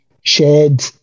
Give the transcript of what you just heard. shared